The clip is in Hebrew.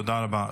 תודה רבה.